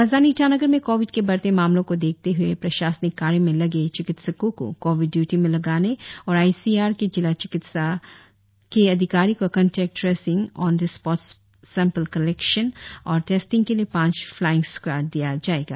राजधानी ईटानगर में कोविड के बढ़ते मामलो को देखते हए प्रशासनिक कार्य में लगे चिकित्सको को कोविड ड्यूटी में लगाने और आई सी आर के जिला चिकित्सा के अधिकारी को contact tracing on the spot sample collection और टेस्टिंग के लिए पांच फ्लाइंग स्काड दिया जाएगा